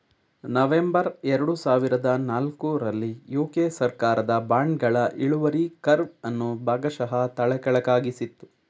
November ಎರಡು ಸಾವಿರದ ನಾಲ್ಕು ರಲ್ಲಿ ಯು.ಕೆ ಸರ್ಕಾರದ ಬಾಂಡ್ಗಳ ಇಳುವರಿ ಕರ್ವ್ ಅನ್ನು ಭಾಗಶಃ ತಲೆಕೆಳಗಾಗಿಸಿತ್ತು